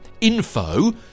info